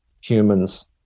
humans